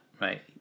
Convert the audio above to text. right